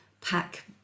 pack